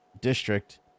District